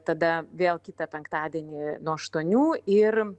tada vėl kitą penktadienį nuo aštuonių ir